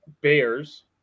Bears